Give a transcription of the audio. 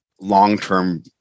long-term